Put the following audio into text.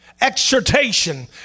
exhortation